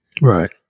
Right